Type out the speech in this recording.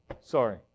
sorry